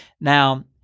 Now